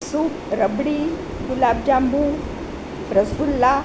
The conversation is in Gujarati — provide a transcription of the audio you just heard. સૂપ રબડી ગુલાબજાંબુ રસગુલ્લા